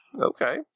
Okay